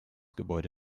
gebäude